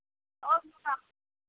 आओर